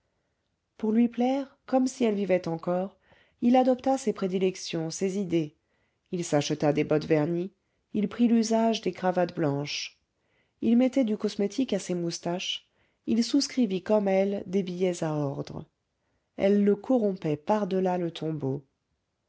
pour lui plaire comme si elle vivait encore il adopta ses prédilections ses idées il s'acheta des bottes vernies il prit l'usage des cravates blanches il mettait du cosmétique à ses moustaches il souscrivit comme elle des billets à ordre elle le corrompait par delà le tombeau